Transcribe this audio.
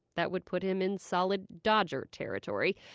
that would put him in solid dodger territory.